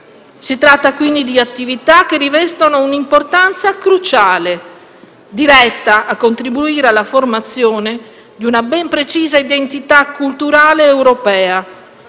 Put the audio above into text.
Si tratta quindi di attività che rivestono un'importanza cruciale, dirette a contribuire alla formazione di una ben precisa identità culturale europea,